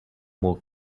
more